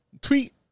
tweet